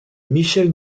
michel